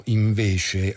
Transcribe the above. invece